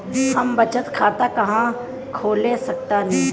हम बचत खाता कहां खोल सकतानी?